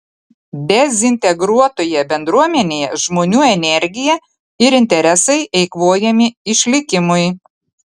dezintegruotoje bendruomenėje žmonių energija ir interesai eikvojami išlikimui